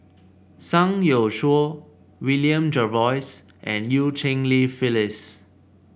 Zhang Youshuo William Jervois and Eu Cheng Li Phyllis